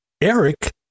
Eric